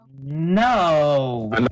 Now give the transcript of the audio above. No